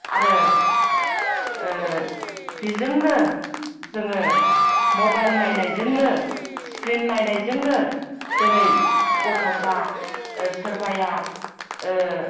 आरो बिजोंनो जोङो मबाइल नायनायजोंनो स्क्रिन नायनायजोंनो दिनै गथ'फ्रा सोरबाया